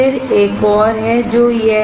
फिर एक और है जो यह है